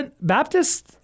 Baptist